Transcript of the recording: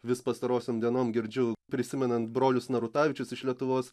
vis pastarosiom dienom girdžiu prisimenant brolius narutavičius iš lietuvos